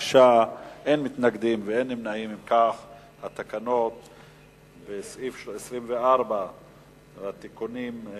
הצעת ועדת הכנסת לתיקון סעיף 32 בתקנון הכנסת,